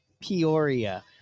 Peoria